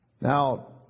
Now